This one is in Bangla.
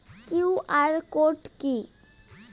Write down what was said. কিউ.আর কোড কি?